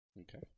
Okay